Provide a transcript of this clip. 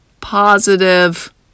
positive